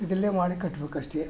ಇದರಲ್ಲೇ ಮಾಡಿ ಕಟ್ಟಬೇಕಷ್ಟೇ